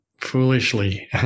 foolishly